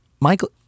Michael